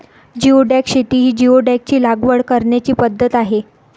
geoduck शेती ही जिओडॅकची लागवड करण्याची पद्धत आहे